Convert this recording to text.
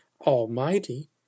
Almighty